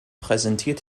präsentiert